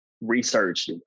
research